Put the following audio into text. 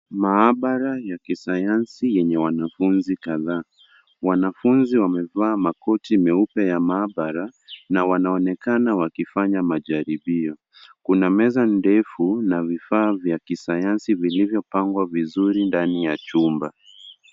Maabara ya kisayansi yenye wanafunzi, kadhaa wanafunzi wamevaa makoti meupe ya maabara na wanaonekana wakifanya majaribio. Kuna meza ndefu na vifaa vya kisayansi vilivyo pangwa vizuri ndani ya chumba.